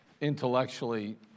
intellectually